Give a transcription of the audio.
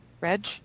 Reg